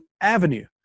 avenue